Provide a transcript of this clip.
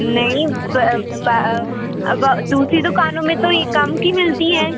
नहीं अब दूसरी दुकानों में तो ये कम की मिलती हैं